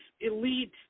elite